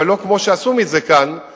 אבל לא כמו שעשו מזה כאן,